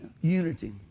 unity